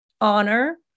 honor